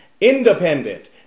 independent